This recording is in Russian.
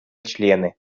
члены